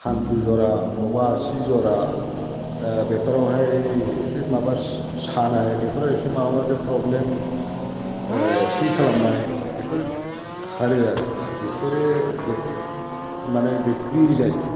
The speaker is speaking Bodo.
हान्थु जरा बबेबा आसि जरा बेफोरावहाय एसे माबा सानाय बेफोरबायदि एसे माबा मोनसे प्र'ब्लेम फिल खालामनाय बेफोर खारो आरोखि बेफोर माने बे फ्रि जायो